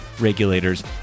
regulators